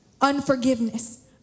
unforgiveness